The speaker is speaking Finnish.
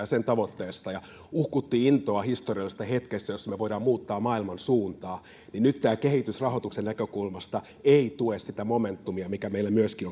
sen tavoitteista ja uhkuimme intoa historiallisesta hetkestä jossa me voimme muuttaa maailman suuntaa niin nyt tämä kehitys rahoituksen näkökulmasta ei tue sitä momentumia mikä meillä myöskin